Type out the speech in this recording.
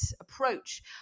approach